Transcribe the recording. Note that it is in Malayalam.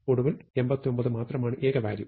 ഒടുവിൽ 89 മാത്രമാണ് ഏക വാല്യൂ